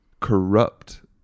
corrupt